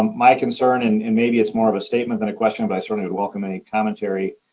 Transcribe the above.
um my concern, and and maybe it's more of a statement than a question, but i certainly would welcome any commentary.